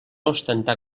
ostentar